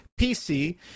PC